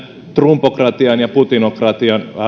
trumpokratian ja putinokratian